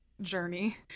journey